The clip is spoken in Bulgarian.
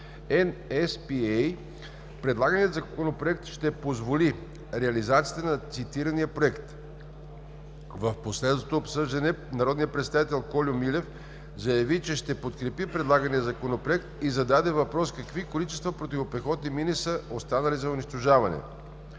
(NSPA). Предлаганият законопроект ще позволи реализацията на цитирания проект. В последвалото обсъждане народният представител Кольо Милев заяви, че ще подкрепи предлагания законопроект и зададе въпрос: какви количества противопехотни мини са останали за унищожаване?